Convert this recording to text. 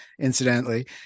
incidentally